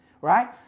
right